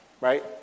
right